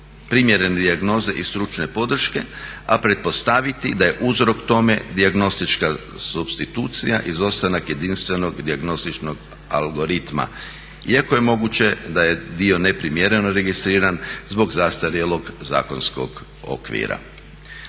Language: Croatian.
primjerene dijagnoze i stručne podrške, a pretpostaviti da je uzrok tome dijagnostička supstitucija, izostanak jedinstvenog i dijagnostičkog algoritma, iako je moguće da je dio neprimjereno registriran zbog zastarjelog zakonskog okvira.